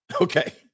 Okay